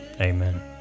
Amen